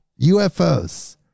UFOs